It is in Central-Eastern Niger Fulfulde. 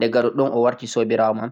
shikenan owarti sobajoma.